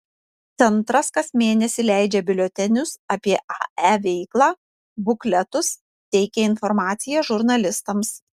centras kas mėnesį leidžia biuletenius apie ae veiklą bukletus teikia informaciją žurnalistams